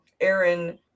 Aaron